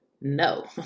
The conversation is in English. No